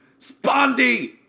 Spondy